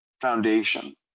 foundation